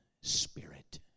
spirit